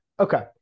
Okay